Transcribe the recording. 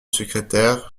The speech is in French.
secrétaire